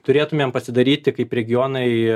turėtumėm pasidaryti kaip regionai